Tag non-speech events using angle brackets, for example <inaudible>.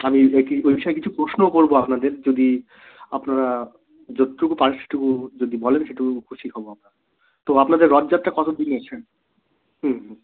আমি এ কী এ বিষয়ে কিছু প্রশ্ন করব আপনাদের যদি আপনারা যতটুকু পারেন সেটুকু যদি বলেন সেটুকু খুশি হব আমরা তো আপনাদের রথযাত্রা কত দিনের <unintelligible> হুম হুম